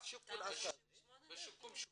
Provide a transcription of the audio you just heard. בשיקום שכונות?